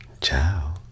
ciao